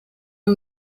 are